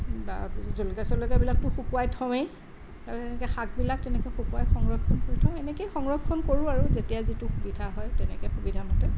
তাৰপিছত জলকীয়া চলকীয়াবিলাকটো শুকোৱাই থওঁৱেই তাৰপিছত তেনেকে শাকবিলাক তেনেকে শুকোৱাই সংৰক্ষণ কৰি থওঁ এনেকেই সংৰক্ষণ কৰোঁ আৰু যেতিয়া যিটো সুবিধা হয় তেনেকে সুবিধামতে